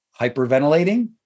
hyperventilating